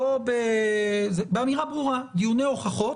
דיוני הוכחות,